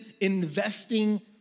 investing